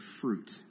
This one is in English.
fruit